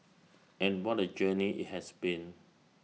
and what A journey IT has been